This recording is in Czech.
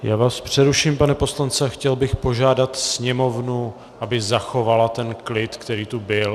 Já vás přeruším, pane poslanče, a chtěl bych požádat sněmovnu, aby zachoval klid, který tu byl.